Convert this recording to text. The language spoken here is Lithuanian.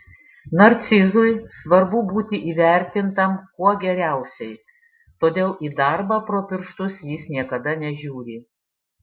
narcizui svarbu būti įvertintam kuo geriausiai todėl į darbą pro pirštus jis niekada nežiūri